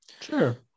Sure